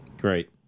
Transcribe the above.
Great